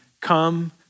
come